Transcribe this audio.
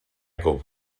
cop